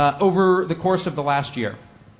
ah over the course of the last year.